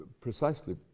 precisely